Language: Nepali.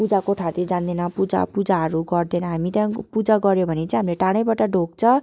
पूजा कोठाहरूतिर जाँदैन पूजा पूजाहरू गर्दैन हामी त्या पूजाहरू गर्यो भने चाहिँ हामीले टाढैबाट ढोग्छ